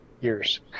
years